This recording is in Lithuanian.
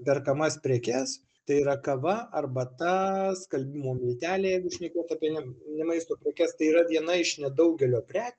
perkamas prekes tai yra kava arbata skalbimo milteliai jeigu šnekėt apie ne ne maisto prekes tai yra viena iš nedaugelio prekių